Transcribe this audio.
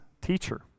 teacher